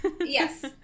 Yes